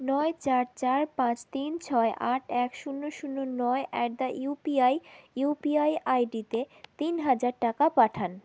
নয় চার চার পাঁচ তিন ছয় আট এক শূন্য শূন্য নয় at the UPI UPI I ডিতে তিন হাজার টাকা পাঠান